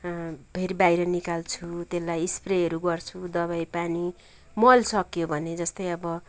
फेरि बाहिर निकाल्छु त्यसलाई स्प्रेहरू गर्छु दबाई पानी मल सक्यो भने जस्तै अब